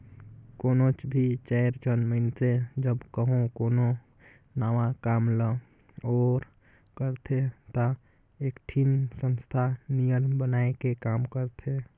कोनोच भी चाएर झन मइनसे जब कहों कोनो नावा काम ल ओर करथे ता एकठिन संस्था नियर बनाए के काम करथें